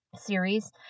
series